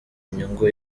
nyungu